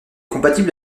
compatible